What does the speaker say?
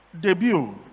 debut